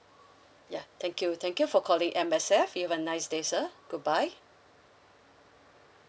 ya thank you thank you for calling M_S_F you have a nice day sir goodbye